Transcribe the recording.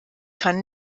kann